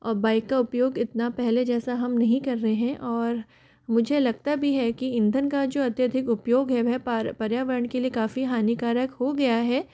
अब बाइक का उपयोग इतना पहले जैसा हम नहीं कर रहे है और मुझे लगता भी है कि ईंधन का जो अत्यधिक उपयोग है वह पर्य पर्यावरण के लिए काफ़ी हानिकारक हो गया है